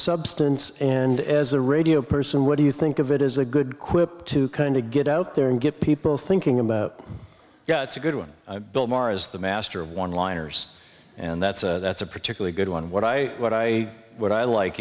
substance and as a radio person what do you think of it as a good quip to kind of get out there and get people thinking about yeah it's a good one bill maher is the master of one liners and that's a that's a particularly good one what i what i what i like